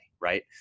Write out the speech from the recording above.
right